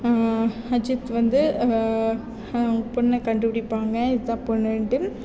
அஜித் வந்து அவங்க பொண்ணை கண்டுபிடிப்பாங்க இதுதான் பொண்ணுன்ட்டு